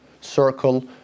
circle